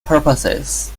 purposes